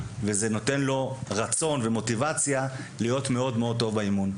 וזה נותן לו רצון ומוטיבציה להיות מאוד טוב באמון.